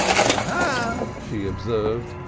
aha, she observed,